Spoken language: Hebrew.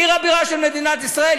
עיר הבירה של מדינת ישראל,